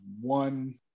one